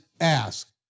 ask